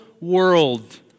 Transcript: world